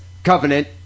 Covenant